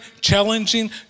challenging